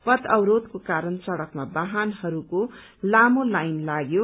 पथावरोधको कारण सड़कमा वाहनहरूको लामो लाइन लाग्यो